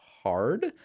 hard